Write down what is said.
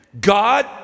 God